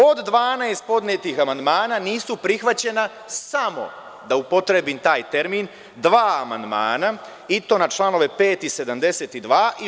Od 12 podnetih amandmana nisu prihvaćena samo, da upotrebim taj termin, dva amandmana, i to na članove 5. i 72.